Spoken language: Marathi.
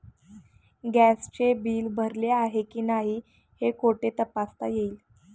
गॅसचे बिल भरले आहे की नाही हे कुठे तपासता येईल?